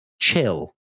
chill